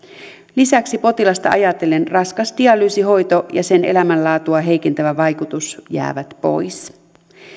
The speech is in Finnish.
lisäksi potilasta ajatellen raskas dialyysihoito ja sen elämänlaatua heikentävä vaikutus jäävät pois